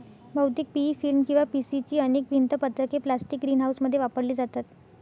बहुतेक PE film किंवा PC ची अनेक भिंत पत्रके प्लास्टिक ग्रीनहाऊसमध्ये वापरली जातात